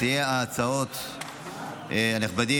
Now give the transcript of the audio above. מציעי ההצעות הנכבדים,